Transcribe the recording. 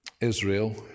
Israel